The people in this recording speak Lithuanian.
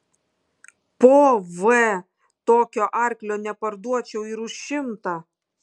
po v tokio arklio neparduočiau ir už šimtą